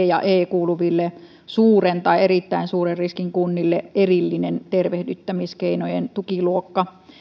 ja e kuuluville suuren tai erittäin suuren riskin kunnille erillinen tervehdyttämiskeinojen tukiluokka